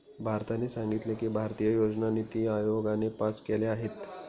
भारताने सांगितले की, भारतीय योजना निती आयोगाने पास केल्या आहेत